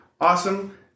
awesome